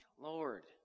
Lord